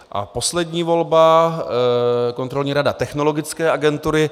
A poslední volba, Kontrolní rada Technologické agentury.